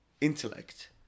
intellect